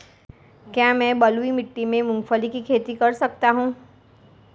क्या मैं बलुई मिट्टी में मूंगफली की खेती कर सकता हूँ?